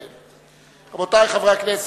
הכנסת.